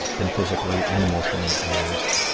been physically and emotionally abused.